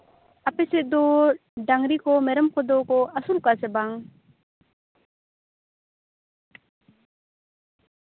ᱟᱯᱮ ᱥᱮᱫ ᱫᱚ ᱰᱟᱹᱝᱨᱤ ᱠᱚ ᱢᱮᱨᱚᱢ ᱠᱚᱫᱚ ᱠᱚ ᱟᱹᱥᱩᱞ ᱠᱚᱣᱟ ᱥᱮ ᱵᱟᱝ